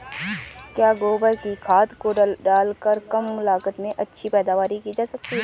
क्या गोबर की खाद को डालकर कम लागत में अच्छी पैदावारी की जा सकती है?